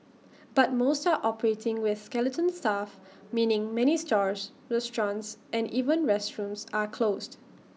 but most are operating with skeleton staff meaning many stores restaurants and even restrooms are closed